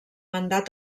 mandat